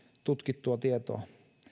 tutkittua tietoa